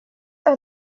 are